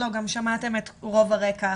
גם שמעתם את רוב הרקע עכשיו.